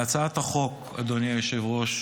אדוני היושב-ראש,